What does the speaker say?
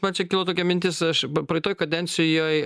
man čia kilo tokia mintis aš praeitoj kadencijoj